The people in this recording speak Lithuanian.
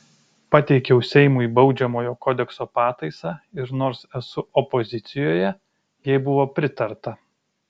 pateikiau seimui baudžiamojo kodekso pataisą ir nors esu opozicijoje jai buvo pritarta